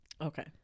Okay